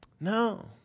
No